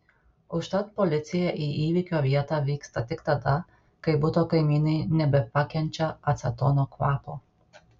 užtat policija į įvykio vietą vyksta tik tada kai buto kaimynai nebepakenčia acetono kvapo